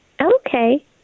okay